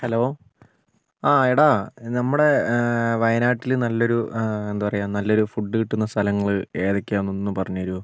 hello ആ എടാ നമ്മുടെ വയനാട്ടിലെ നല്ലൊരു എന്താ പറയാ നല്ലൊരു ഫുഡ് കിട്ടുന്ന സ്ഥലങ്ങൾ ഏതൊക്കെയാന്നൊന്ന് പറഞ്ഞു തരുവോ